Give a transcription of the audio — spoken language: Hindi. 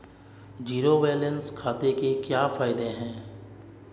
ज़ीरो बैलेंस खाते के क्या फायदे हैं?